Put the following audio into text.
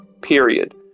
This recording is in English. period